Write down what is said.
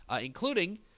including